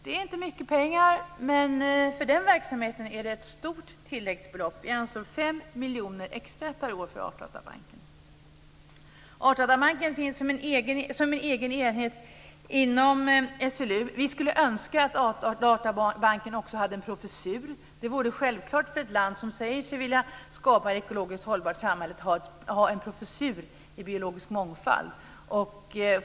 Det är inte mycket pengar, men för den verksamheten är det ett stort tilläggsbelopp, 5 miljoner extra per år. Artdatabanken finns som en egen enhet inom SLU. Vi skulle önska att Artdatabanken också hade en professur. Det vore självklart i ett land som säger sig vilka skapa ett ekologiskt hållbart samhälle att ha en professur i biologisk mångfald.